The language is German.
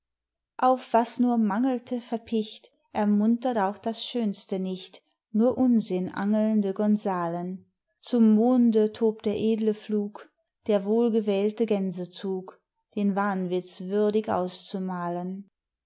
auf was nur mangelte verpicht ermuntert auch das schönste nicht nur unsinn angelnde gonzalen zum monde tobt der edle flug der wohlgewählte gänsezug den wahnwitz würdig auszumalen